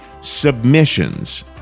submissions